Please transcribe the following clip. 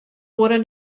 oere